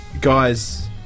guys